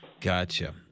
Gotcha